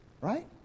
Right